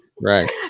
Right